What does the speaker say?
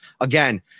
Again